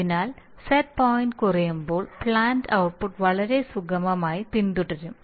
അതിനാൽ set point കുറയുമ്പോൾ plant output വളരെ സുഗമമായി പിന്തുടരും